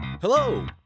Hello